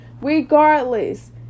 Regardless